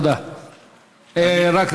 תודה אדוני.